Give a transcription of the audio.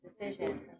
decision